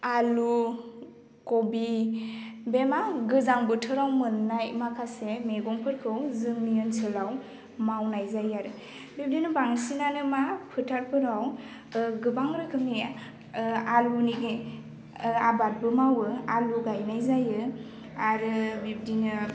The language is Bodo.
आलु ख'बि बे मा गोजां बोथोराव मोननाय माखासे मेगंफोरखौ जोंनि ओनसोलाव मावनाय जायो आरो बिब्दिनो बांसिनानो मा फोथारफोराव गोबां रोखोमनि आलुनि आबादबो मावो आलु गायनाय जायो आरो बिब्दिनो